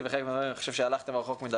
וחלק מהדברים אני חושב שהלכתם רחוק מדי,